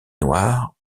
noirs